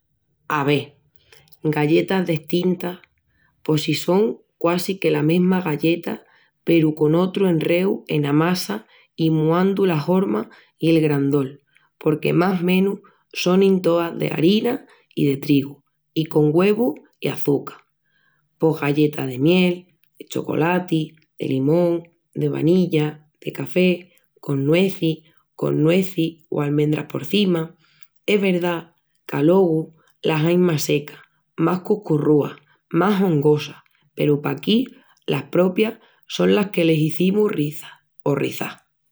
Ave, galletas destintas... pos si son quasi que la mesma galleta peru con un otru enreu ena massa i muandu la horma i el grandol porque más menus sonin toas de harina i de trigu i con güevus i açuca. Pos galletas de miel, de chocolati, de limón, de vanilla, de café, con nuezis, con nuezis o amendras porcima. Es verdá qu'alogu las ain más secas, más cuscurrúas, más hongosas peru paquí las propias son las que les izimus rizas o rizás.